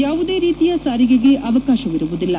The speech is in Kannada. ಯಾವುದೇ ರೀತಿಯ ಸಾರಿಗೆಗೆ ಅವಕಾಶವಿರುವುದಿಲ್ಲ